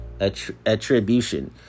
attribution